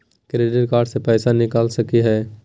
Credit card से पैसा निकल सकी हय?